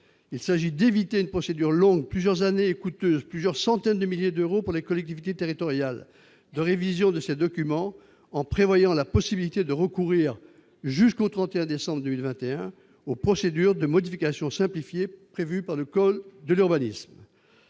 de révision de ces documents longue- plusieurs années -et coûteuse- plusieurs centaines de milliers d'euros -pour les collectivités territoriales, en prévoyant la possibilité de recourir, jusqu'au 31 décembre 2021, aux procédures de modification simplifiée prévues par le code de l'urbanisme.